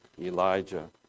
Elijah